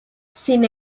sin